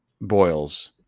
boils